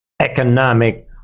Economic